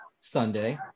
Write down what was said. sunday